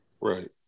Right